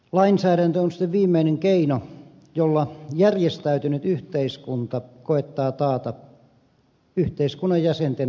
lainsäädäntö on sitten viimeinen keino jolla järjestäytynyt yhteiskunta koettaa taata yhteiskunnan jäsenten turvallisuutta